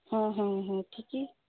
হুম হুম হুম ঠিকই